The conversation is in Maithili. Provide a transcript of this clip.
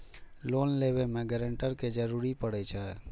लोन लेबे में ग्रांटर के भी जरूरी परे छै?